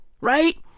right